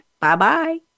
Bye-bye